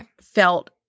felt